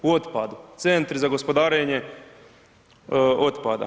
U otpadu, Centri za gospodarenje otpada.